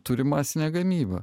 turi masinę gamybą